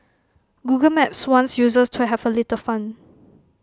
Google maps wants users to have A little fun